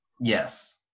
Yes